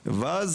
למשל,